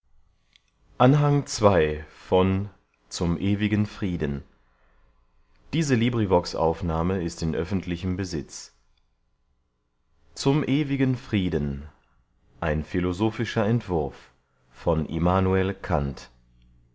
title zum ewigen frieden ein philosophischer entwurf